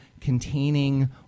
containing